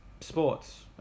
sports